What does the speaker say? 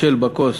מישל בקוס,